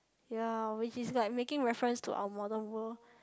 ye which is like making reference to our modern world